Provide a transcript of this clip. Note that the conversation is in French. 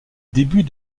début